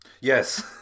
Yes